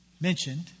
mentioned